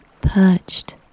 perched